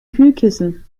kühlkissen